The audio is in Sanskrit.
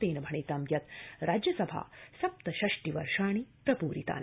तेन भणितं यत् राज्यसभा सप्तषष्टि वर्षाणि प्रप्रितानि